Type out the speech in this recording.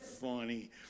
Funny